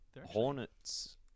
Hornets